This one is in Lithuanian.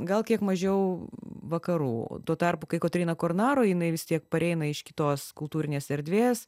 gal kiek mažiau vakarų tuo tarpu kai kotryna kornaro jinai vis tiek pareina iš kitos kultūrinės erdvės